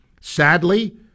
Sadly